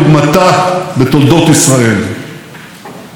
איזו דרך בלתי נתפסת עשינו מבורות